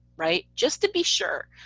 right, just to be sure.